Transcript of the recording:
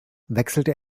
wechselte